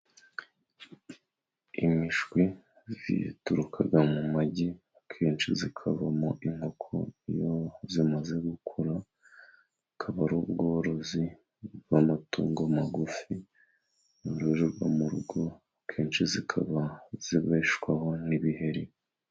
Imishwi zituruka mu magi, akenshi zikavamo inkoko iyo zimaze gukura, bukaba ari ubworozi bw'amatungo magufi, yororerwa mu rugo, akenshi zikaba zibeshwaho n'ibiheri,